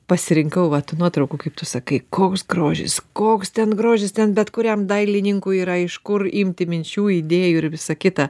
pasirinkau vat nuotraukų kaip tu sakai koks grožis koks ten grožis ten bet kuriam dailininkui yra iš kur imti minčių idėjų ir visa kita